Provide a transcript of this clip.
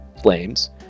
Flames